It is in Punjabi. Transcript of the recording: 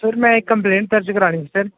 ਸਰ ਮੈਂ ਇਹ ਕੰਪਲੇਂਟ ਦਰਜ ਕਰਵਾਉਣੀ ਸਰ